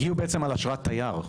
הגיעו על אשרת תייר.